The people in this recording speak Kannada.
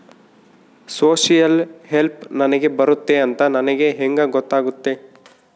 ಸೋಶಿಯಲ್ ಹೆಲ್ಪ್ ನನಗೆ ಬರುತ್ತೆ ಅಂತ ನನಗೆ ಹೆಂಗ ಗೊತ್ತಾಗುತ್ತೆ?